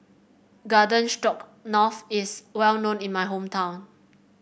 Garden Stroganoff is well known in my hometown